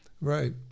Right